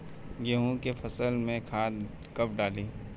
गेहूं के फसल में खाद कब डाली?